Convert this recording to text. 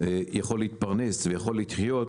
יכול להתפרנס ויכול לחיות,